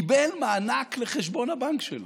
קיבל מענק לחשבון הבנק שלו.